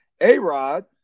A-Rod